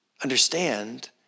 understand